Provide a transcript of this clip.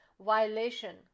Violation